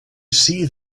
see